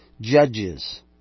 judges